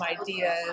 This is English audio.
ideas